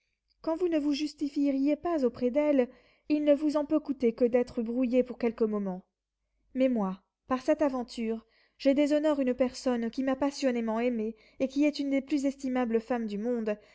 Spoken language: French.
quand vous ne vous justifieriez pas auprès d'elle il ne vous en peut coûter que d'être brouillé pour quelques moments mais moi par cette aventure je déshonore une personne qui m'a passionnément aimé et qui est une des plus estimables femmes du monde